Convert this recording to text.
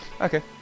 Okay